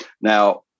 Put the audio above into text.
Now